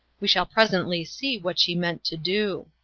we shall presently see what she meant to do.